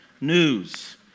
news